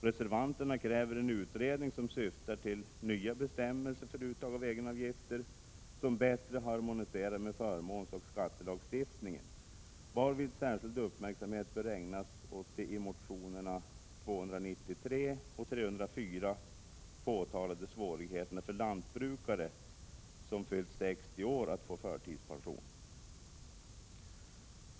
Reservanterna kräver en utredning, som syftar till nya bestämmelser för uttag av egenavgifter som bättre harmonierar med förmånsoch skattelagstiftningen, varvid särskild uppmärksamhet bör ägnas åt de i motionerna Sf293 och Sf304 påtalade svårigheterna för lantbrukare som fyllt 60 år att få förtidspension.